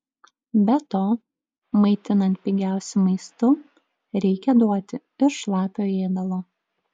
be to maitinant pigiausiu maistu reikia duoti ir šlapio ėdalo